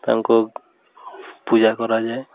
ତାଙ୍କୁ ପୂଜା କରାଯାଏ